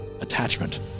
attachment